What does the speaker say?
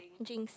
jinx